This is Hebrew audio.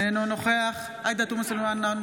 אינו נוכח עאידה תומא סלימאן,